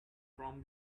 from